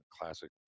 classic